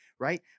Right